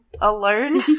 alone